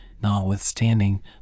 notwithstanding